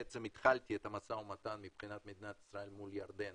התחלתי את המשא ומתן מבחינת מדינת ישראל מול ירדן